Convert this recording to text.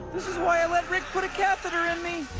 this is why i let rick put a catheter in me